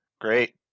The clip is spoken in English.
Great